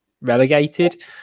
relegated